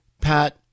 Pat